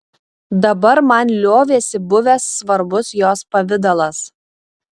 dabar man liovėsi buvęs svarbus jos pavidalas